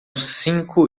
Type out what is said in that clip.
cinco